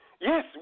Yes